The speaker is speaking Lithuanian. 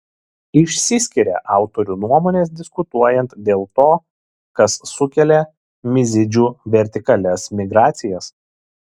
išsiskiria autorių nuomonės diskutuojant dėl to kas sukelia mizidžių vertikalias migracijas